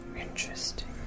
Interesting